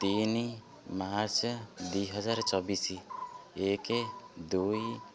ତିନି ମାର୍ଚ୍ଚ ଦୁଇହଜାର ଚବିଶ ଏକ ଦୁଇ